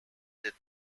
did